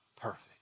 perfect